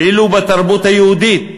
ואילו בתרבות היהודית,